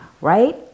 right